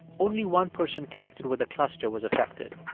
only one person connected with the cluster was affected.